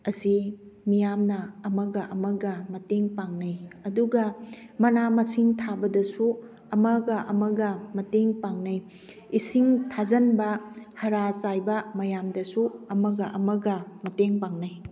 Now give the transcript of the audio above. ꯑꯁꯤ ꯃꯤꯌꯥꯝꯅ ꯑꯃꯒ ꯑꯃꯒ ꯃꯇꯦꯡ ꯄꯥꯡꯅꯩ ꯑꯗꯨꯒ ꯃꯅꯥ ꯃꯁꯤꯡ ꯊꯥꯕꯗꯁꯨ ꯑꯃꯒ ꯑꯃꯒ ꯃꯇꯦꯡ ꯄꯥꯡꯅꯩ ꯏꯁꯤꯡ ꯊꯥꯖꯟꯕ ꯍꯥꯔ ꯆꯥꯏꯕ ꯃꯌꯥꯝꯗꯁꯨ ꯑꯃꯒ ꯑꯃꯒ ꯃꯇꯦꯡ ꯄꯥꯡꯅꯩ